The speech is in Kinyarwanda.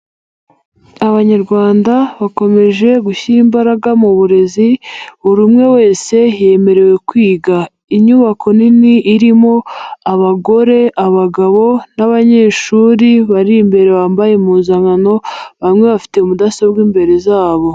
Abanyarwanda bakomeje gushyira imbaraga mu burezi, buri umwe wese yemerewe kwiga. Inyubako nini irimo abagore, abagabo n'abanyeshuri bari imbere bambaye impuzankano, bamwe bafite mudasobwa imbere zabo.